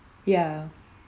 ya